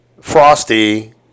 Frosty